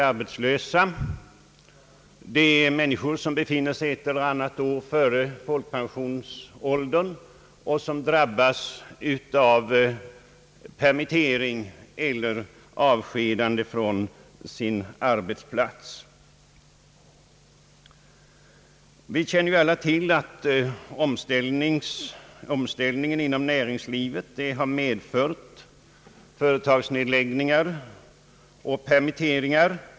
Det gäller de människor, som har ett eller annat år kvar till folkpensionsåldern och som drabbas av permittering eller avskedande från sin arbetsplats. Vi känner alla till hur omställningen inom näringslivet har medfört företagsnedläggelser och permitteringar.